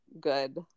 good